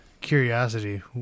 curiosity